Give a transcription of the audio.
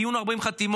דיון 40 חתימות,